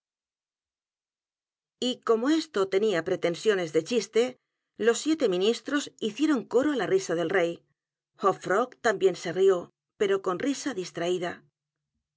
y como esto tenía pretensiones de chiste los siete ministros hicieron coro á la risa del rey h o p f r o g t a m b i é n se rió pero con risa distraída